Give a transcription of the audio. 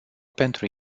pentru